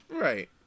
Right